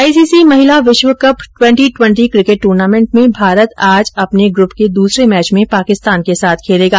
ICC महिला विश्व cup twenty twenty cricket tournament में भारत आज अपने ग्रुप के दूसरे मैच में पाकिस्तान के साथ खेलेगा